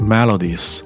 Melodies 》 。